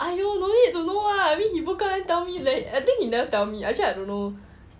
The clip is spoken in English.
!aiyo! don't need to know [what] I mean he book out then tell me like I think he never tell me actually I don't know